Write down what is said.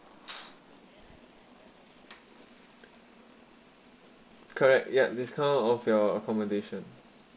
correct ya discount of your accommodation